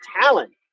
talent